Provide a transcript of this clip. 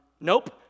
nope